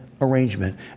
arrangement